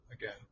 again